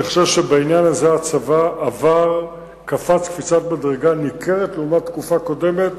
אני חושב שבעניין הזה הצבא קפץ קפיצת מדרגה ניכרת לעומת תקופה קודמת,